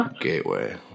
Gateway